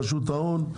רשות ההון,